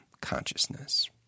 Consciousness